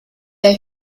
der